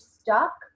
stuck